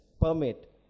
permit